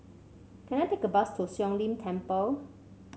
can I take a bus to Siong Lim Temple